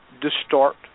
distort